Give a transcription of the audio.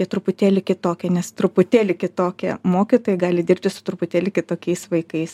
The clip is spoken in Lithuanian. jie truputėlį kitokie nes truputėlį kitokie mokytojai gali dirbti su truputėlį kitokiais vaikais